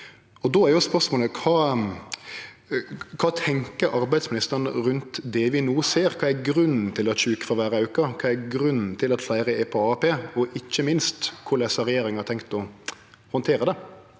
Kva tenkjer arbeidsministeren rundt det vi no ser? Kva er grunnen til at sjukefråværet aukar? Kva er grunnen til at fleire er på AAP? Og ikkje minst – korleis har regjeringa tenkt å handtere det?